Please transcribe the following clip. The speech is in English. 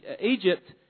Egypt